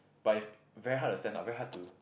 but if very hard to stand out very hard to